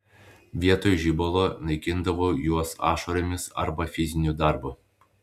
vietoj žibalo naikindavau juos ašaromis arba fiziniu darbu